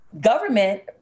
government